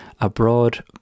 abroad